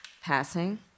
passing